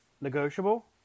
negotiable